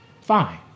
Fine